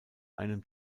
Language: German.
einem